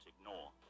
ignore